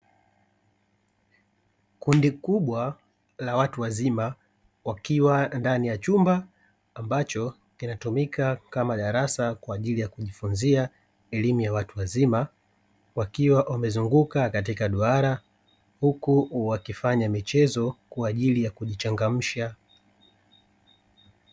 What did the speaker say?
Kundi kubwa la watu wazima wakiwa ndani ya chumba ambacho kinatumika kama darasa kwa ajili ya kujifunzia elimu ya watu wazima wakiwa wamezunguka katika duara huku wakifanya michezo kwa ajili ya kujichangamsha.